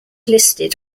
listed